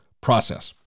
process